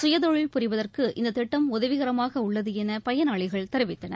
சுயதொழில் புரிவதற்கு இந்ததிட்டம் உதவிகரமாகஉள்ளதுஎனபயனாளிகள் தெரிவித்தனர்